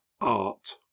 art